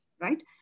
right